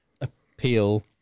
appeal